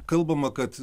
kalbama kad